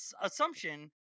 assumption